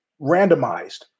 randomized